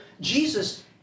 Jesus